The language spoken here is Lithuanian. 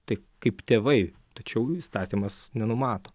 tai kaip tėvai tačiau įstatymas nenumato